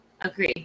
agree